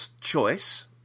choice